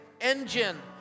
engine